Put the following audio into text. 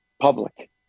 public